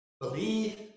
Believe